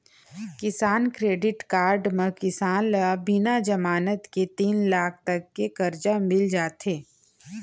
किसान credit card म किसान ल बिना जमानत के तीन लाख तक के करजा मिल जाथे